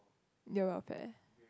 your welfare